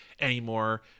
anymore